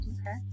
okay